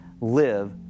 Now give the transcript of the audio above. live